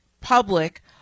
public